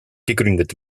gegründet